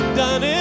done